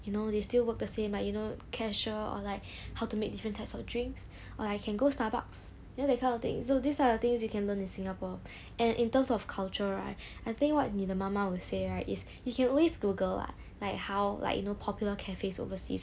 you know they still work the same like you know cashier or like how to make different types of drinks or like can go starbucks you know that kind of thing so these are the things you can learn in singapore and in terms of culture right I think what 你的妈妈 will say right is you can always google [what] like how like you know popular cafes overseas